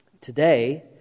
Today